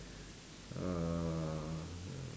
uhh